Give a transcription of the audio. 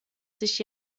sich